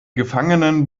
gefangenen